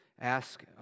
ask